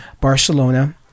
Barcelona